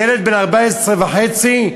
ילד בן 14 וחצי,